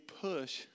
push